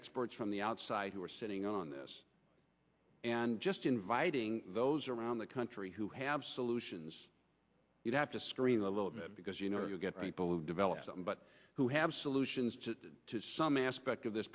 experts from the outside who are sitting on this and just inviting those around the country who have solutions you have to screen a little bit because you know you get people who develop something but who have solutions to some aspect of this